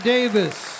Davis